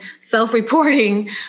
self-reporting